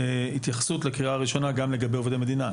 התייחסות לקריאה ראשונה גם לגבי עובדי מדינה.